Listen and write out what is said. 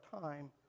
time